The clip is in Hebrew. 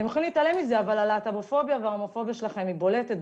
אתם יכולים להתעלם מזה אבל הלהט"בופוביה וההומופוביה שלכם היא בולטת,